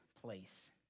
place